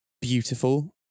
beautiful